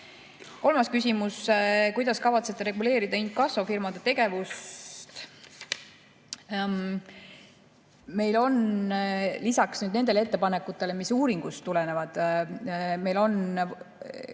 Kolmas küsimus: kuidas kavatsete reguleerida inkassofirmade tegevust? Meil on lisaks nendele ettepanekutele, mis uuringust tulenevad, käsil ka